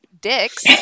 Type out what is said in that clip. dicks